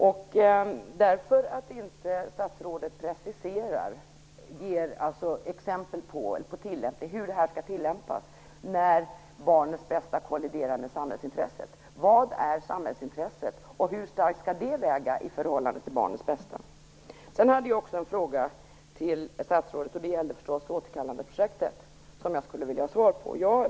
Detta beror på att statsrådet inte preciserar och ger exempel på hur det här skall tillämpas när barnets bästa kolliderar med samhällsintresset. Vad är samhällsintresset, och hur starkt skall det väga i förhållande till barnets bästa? Jag hade ytterligare en fråga till statsrådet som jag vill ha svar på, och det gällde förstås återkallandeprojektet.